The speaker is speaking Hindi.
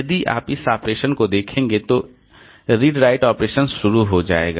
यदि आप इस ऑपरेशन को देखेंगे तो रीड राइट ऑपरेशन शुरू हो जाएगा